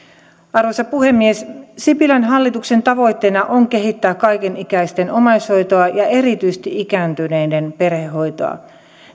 arvoisa puhemies sipilän hallituksen tavoitteena on kehittää kaikenikäisten omaishoitoa ja erityisesti ikääntyneiden perhehoitoa tähän